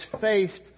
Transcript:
faced